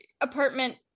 apartment